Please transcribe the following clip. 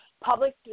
Public